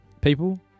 people